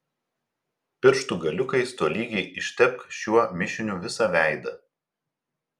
pirštų galiukais tolygiai ištepk šiuo mišiniu visą veidą